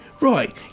Right